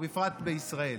ובפרט בישראל.